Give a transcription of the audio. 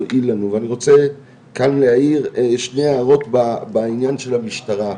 להועיל לנו ואני רוצה כאן להעיר שני הערות בעניין של המשטרה.